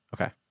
okay